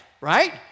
right